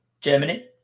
Germany